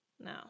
No